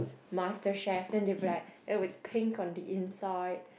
Masterchef then they'll be like oh it's pink on the inside